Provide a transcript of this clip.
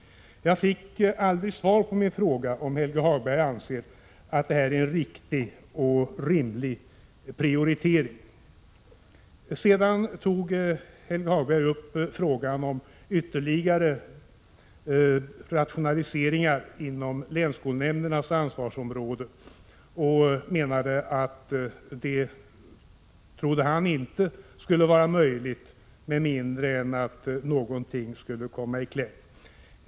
Jag fick aldrig svar på min fråga om Helge Hagberg anser att detta är en riktig och rimlig prioritering. Sedan tog Helge Hagberg upp frågan om ytterligare rationalisering inom länsskolnämndernas ansvarsområde. Han trodde inte att det skulle vara möjligt att genomföra en sådan rationalisering med mindre än att någonting skulle komma i kläm.